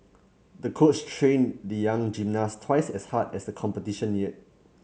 the coach trained the young gymnast twice as hard as the competition neared